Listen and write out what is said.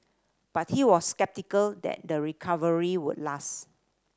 but he was sceptical that the recovery would last